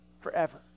forever